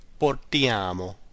portiamo